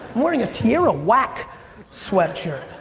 wearing a tierra whack sweatshirt.